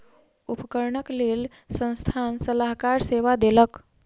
उपकरणक लेल संस्थान सलाहकार सेवा देलक